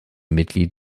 mitglied